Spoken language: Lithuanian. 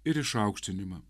ir išaukštinimą